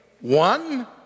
one